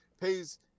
pays